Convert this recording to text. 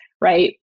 right